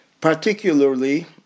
Particularly